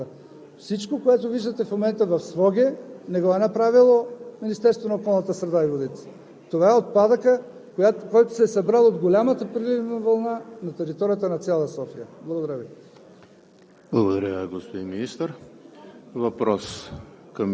а не да го слагаш в старото или пак да го изхвърляш в реката. Всичко, което виждате в момента в Своге, не го е направило Министерството на околната среда и водите. Това е отпадъкът, който се е събрал от голямата преливна вълна на територията на цяла София. Благодаря Ви.